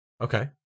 Okay